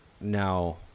now